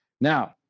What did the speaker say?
Now